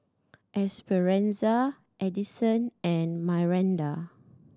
Esperanza Edison and Myranda